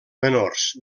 menors